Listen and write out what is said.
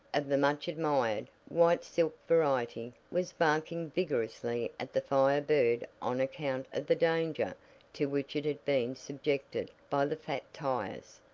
of the much-admired, white-silk variety, was barking vigorously at the fire bird on account of the danger to which it had been subjected by the fat tires.